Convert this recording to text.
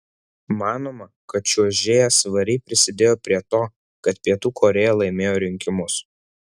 manoma kad čiuožėja svariai prisidėjo prie to kad pietų korėja laimėjo rinkimus